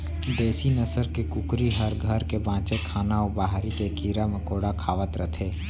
देसी नसल के कुकरी हर घर के बांचे खाना अउ बाहिर के कीरा मकोड़ा खावत रथे